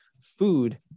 food